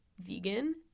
vegan –